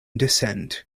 descent